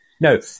no